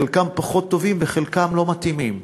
חלקם פחות טובים וחלקם לא מתאימים.